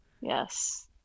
Yes